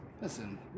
Listen